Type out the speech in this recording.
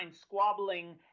squabbling